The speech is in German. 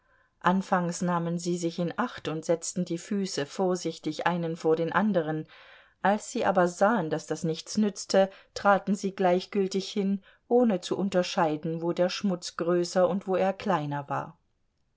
anfangs nahmen sie sich in acht und setzten die füße vorsichtig einen vor den anderen als sie aber sahen daß das nichts nützte traten sie gleichgültig hin ohne zu unterscheiden wo der schmutz größer und wo er kleiner war